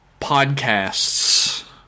podcasts